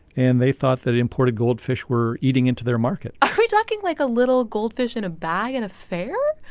and they thought that imported goldfish were eating into their market are we talking, like, a little goldfish in a bag at and a fair?